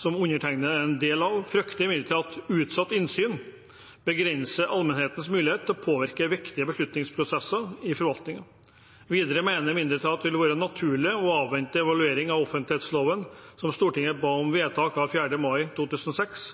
som undertegnede er en del av, frykter imidlertid at utsatt innsyn begrenser allmennhetens mulighet til å påvirke viktige beslutningsprosesser i forvaltningen. Videre mener mindretallet at det vil være naturlig å avvente evalueringen av offentlighetsloven, som Stortinget ba om i vedtak av 4. mai 2006,